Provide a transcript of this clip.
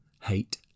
hate